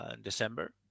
December